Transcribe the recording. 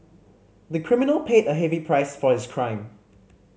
the criminal paid a heavy price for his crime